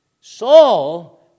Saul